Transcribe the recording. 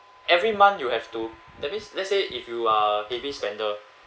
every month you have to that means let's say if you are heavy spender